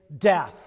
death